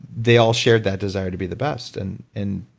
they all shared that desire to be the best. and and